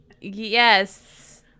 yes